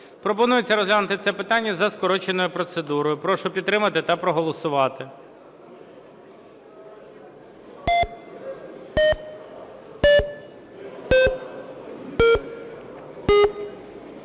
Пропонується розглянути це питання за скороченою процедурою. Прошу підтримати та проголосувати.